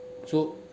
so